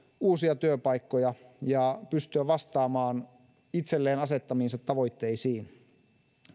uusia työpaikkoja ja pystyä vastaamaan itselleen asettamiinsa tavoitteisiin